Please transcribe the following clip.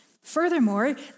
Furthermore